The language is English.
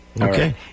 Okay